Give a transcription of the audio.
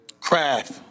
Craft